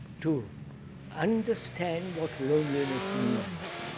to understand what loneliness means.